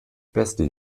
beste